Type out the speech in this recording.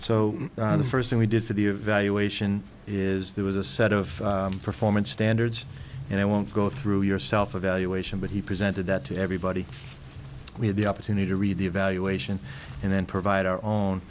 so the first thing we did for the evaluation is there was a set of performance standards and i won't go through yourself evaluation but he presented that to everybody we had the opportunity to read the evaluation and then provide our own